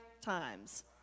times